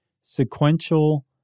sequential